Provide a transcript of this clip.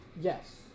Yes